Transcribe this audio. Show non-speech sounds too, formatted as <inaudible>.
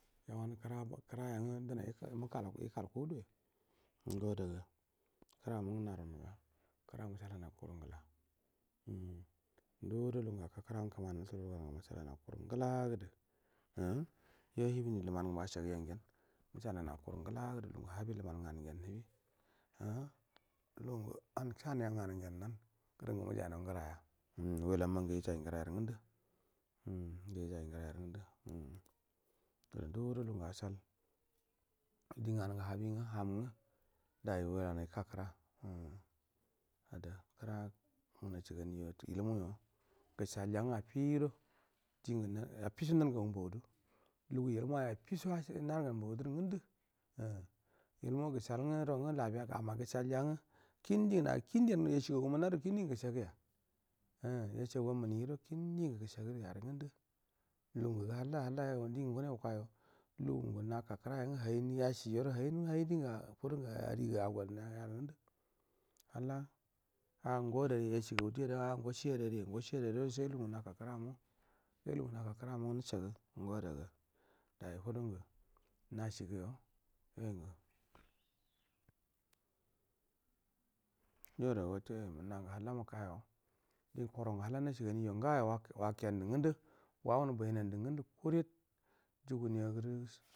Ga wanu kra kra yangu du nai <unintelligible> yi kal kudo ya ngo ada ga kra mungu na ru nunga kra musha lai nau wa karu ngula umm ndu do lu gun gu akka kra ngu kmani <unintelligible> ga musha lai nau wa kura nguladu umm yo hibini luma ngu mashegu yon gen musha lai nau wa kuru ngula du lugangu habi luman ng ana ngen nihibi umm luga mgu an shani ya nga nun gen nan guru nga mujai nau ngara ya umm wulamma ngu yijai nguru yaru ngundu umm ngu yijai ngura yaru ngundu umm gadu ndu gudo lu gun nga ashal din nga nun ngu habi ham ngu dai welan ika kra umm ada kra ngu nashi gani jo ilmuyo gushal ja ngu affi gudo dingu offiso nan gan mbauduru ngundu umm umu wa gushal nga ralabiya amono gash halja nga kin din ngu na labiyya amma gas halja nga kin din ngu na kin di an <unintelligible> kin din gu gushe guya umm yeshe gu ga muni do kin din gushe gu yaru ngu ndu lug u ngu halla halla go din ngu kine wuka yo lu gun gun aka kra ya ng hagi <unintelligible> halla a nga dari ye shi ga gu di ado nga ango she adari ngo she adari do shai lugun guna ka kra mu sai lugungu naka kra mun gu nushaga yo da ga dai fudun gu naashigu yo yoi ngu yoda ga wotte munnan gu halla mu kayo di korongu halla nashi ganii jo nga yo wake nu ru ngundu wa wunu bain nandu ngandu kurid jaga bi agar.